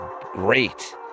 great